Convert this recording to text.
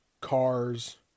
cars